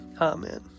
Amen